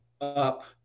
up